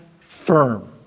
firm